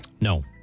No